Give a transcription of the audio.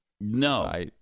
No